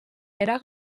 era